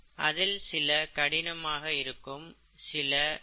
அதில் சில கடினமாக இருக்கும் சில நம்பகமாக இருக்காது